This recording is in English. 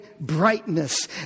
brightness